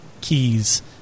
keys